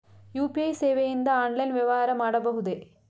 UPI ಸೇವೆಯಿಂದ online ವ್ಯವಹಾರ ಮಾಡಬಹುದೇ?